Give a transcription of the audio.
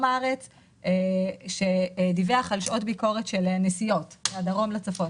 הארץ שדיווח על שעות ביקורת של נסיעות מהדרום לצפון.